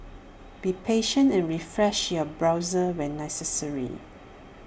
be patient and refresh your browser when necessary